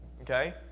Okay